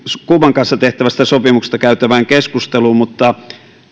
kuuban kanssa tehtävästä sopimuksesta käytävään keskusteluun mutta